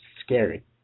scary